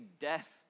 death